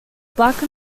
black